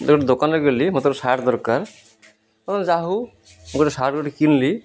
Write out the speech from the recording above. ଗୋଟେ ଦୋକାନରେ ଗଲି ମତେ ଗୋଟେ ସାର୍ଟ୍ ଦରକାର ଯା ହଉ ମୁଁ ଗୋଟେ ସାର୍ଟ୍ ଗୋଟେ କିଣିଲି